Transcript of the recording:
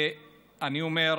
ואני אומר,